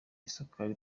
isukari